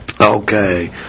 Okay